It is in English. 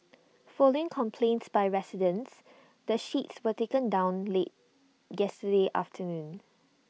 following complaints by residents the sheets were taken down late yesterday afternoon